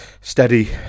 steady